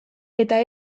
eta